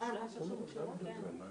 להתייעץ לפני ההצבעה.